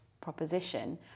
proposition